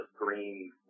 green